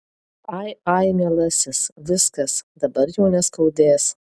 ai ai mielasis viskas dabar jau neskaudės